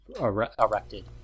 erected